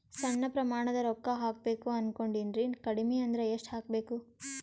ಸಣ್ಣ ಪ್ರಮಾಣದ ರೊಕ್ಕ ಹಾಕಬೇಕು ಅನಕೊಂಡಿನ್ರಿ ಕಡಿಮಿ ಅಂದ್ರ ಎಷ್ಟ ಹಾಕಬೇಕು?